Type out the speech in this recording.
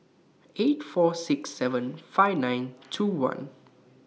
eight four six seven five nine two one